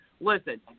Listen